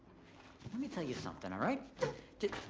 let me tell you something, all right?